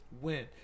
win